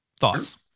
Thoughts